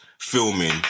filming